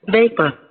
Vapor